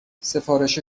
سفارش